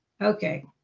okay